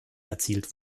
erzielt